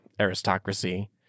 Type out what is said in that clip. aristocracy